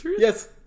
Yes